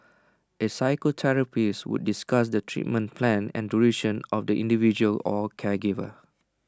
A physiotherapist would discuss the treatment plan and duration of the individual or caregiver